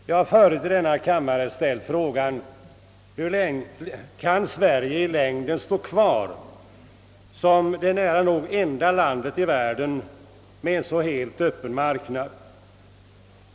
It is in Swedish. Jag har förut i denna kammare ställt frågan: Kan Sverige i längden stå kvar som det nära nog enda landet i världen med en helt öppen marknad?